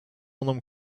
honom